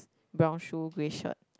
brown shoe grey shirt